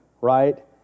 right